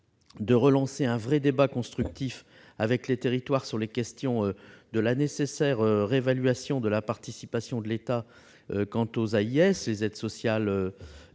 de relancer un vrai débat constructif avec les territoires sur la question de la nécessaire réévaluation de la participation de l'État aux aides individuelles sociales,